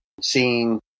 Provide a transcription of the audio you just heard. seeing